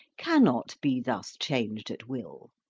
cannot be thus changed at will.